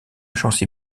agence